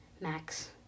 max